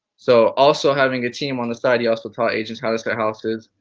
so also having a team on the side he also taught agents how to sell houses.